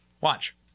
Watch